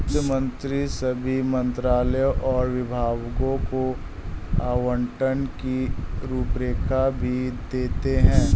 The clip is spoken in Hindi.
वित्त मंत्री सभी मंत्रालयों और विभागों को आवंटन की रूपरेखा भी देते हैं